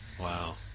Wow